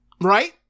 right